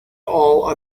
all